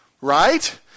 Right